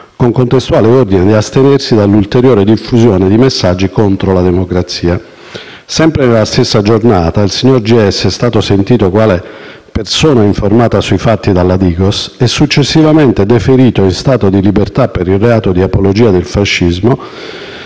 con contestuale ordine di astenersi dall'ulteriore diffusione di messaggi contro la democrazia. Sempre nella stessa giornata, il signor Scarpa è stato sentito quale persona informata sui fatti dalla DIGOS e successivamente deferito in stato di libertà per il reato di apologia del fascismo,